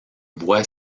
voie